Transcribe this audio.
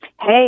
Hey